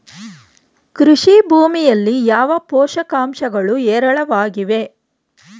ಕೃಷಿ ಭೂಮಿಯಲ್ಲಿ ಯಾವ ಪೋಷಕಾಂಶಗಳು ಹೇರಳವಾಗಿವೆ?